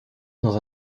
dans